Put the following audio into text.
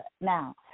now